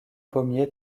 pommiers